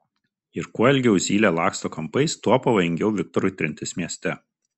ir kuo ilgiau zylė laksto kampais tuo pavojingiau viktorui trintis mieste